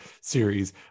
series